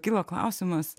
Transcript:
kilo klausimas